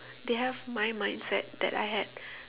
they have my mindset that I had